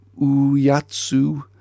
Uyatsu